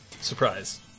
Surprise